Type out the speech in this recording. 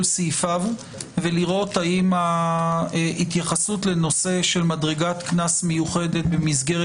סעיפיו ולראות האם ההתייחסות לנושא של מדרגת קנס מיוחדת במסגרת